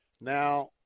Now